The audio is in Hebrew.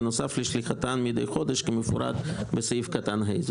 בנוסף לשליחתן מדי חודש כמפורט בסעיף קטן (ה)".